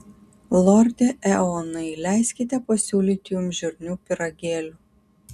lorde eonai leiskite pasiūlyti jums žirnių pyragėlių